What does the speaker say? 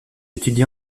étudie